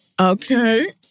okay